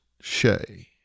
Shay